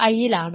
r I യിലാണ്